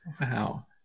Wow